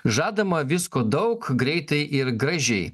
žadama visko daug greitai ir gražiai